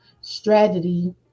strategy